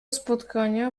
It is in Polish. spotkania